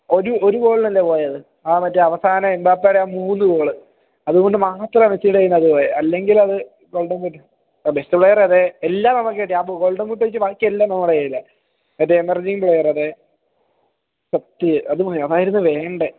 ഒരു ഒരു ഗോളിന് അല്ലേ പോയത് ആ മറ്റെ അവസാന എംബാപ്പേടെ ആ മൂന്ന് ഗോള് അതുകൊണ്ട് മാത്രമാ മെസ്സീടെ കയ്യിൽനിന്ന് അത് പോയത് അല്ലെങ്കിലത് ഗോൾഡൻ ബൂട്ട് ആ ബെസ്റ്റ് പ്ലെയർ അതെ എല്ലാം നമുക്ക് കിട്ടി ആ ഗോൾഡൻ ബൂട്ട് ഒഴിച്ച് ബാക്കി എല്ലാം നമ്മുടെ കയ്യിലാ മറ്റെ എമെർജിങ് പ്ലേയർ അതെ സത്യം അത് അതായിരുന്നു വേണ്ടത്